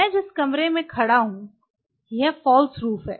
मैं जिस कमरे में खड़ा हूँ यहाँ फालस रूफ है